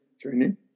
training